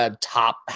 top